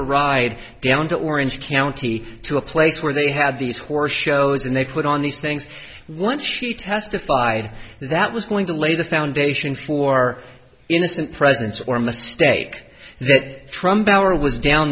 a ride down to orange county to a place where they had these horse shows and they put on these things once she testified that was going to lay the foundation for innocent presence or mistake that trump tower was down